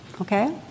okay